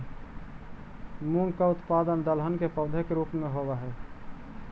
मूंग का उत्पादन दलहन के पौधे के रूप में होव हई